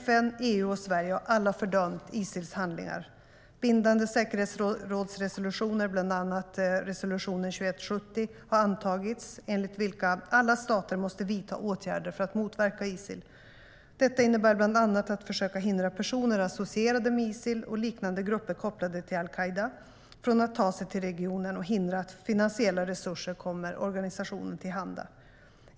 FN, EU och Sverige har alla fördömt Isils handlingar. Bindande säkerhetsrådsresolutioner, bland annat resolution UNSCR 2170, har antagits, enligt vilka alla stater måste vidta åtgärder för att motverka Isil. Detta innebär bland annat att försöka hindra personer associerade med Isil och liknande grupper kopplade till al-Qaida från att ta sig till regionen och hindra att finansiella resurser kommer organisationen till handa.